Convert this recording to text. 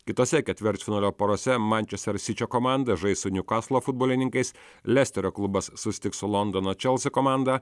kitose ketvirtfinalio porose mančesterio sičio komanda žais su niukaslo futbolininkais lestorio klubas susitiks su londono chelsea komanda